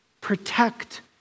Protect